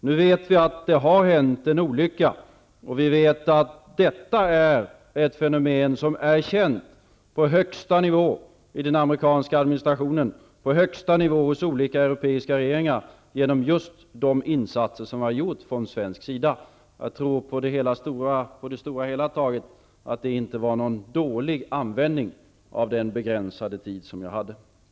Nu vet vi att det har hänt en olycka, och vi vet att detta är ett fenomen som är känt på högsta nivå i den amerikanska administrationen och på högsta nivå i olika europeiska regeringar genom just de insatser som har gjorts från svensk sida. Jag tror att det i det stora hela taget inte var någon dålig användning av den begränsade tid som jag hade till mitt förfogande.